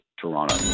Toronto